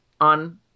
on